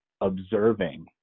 observing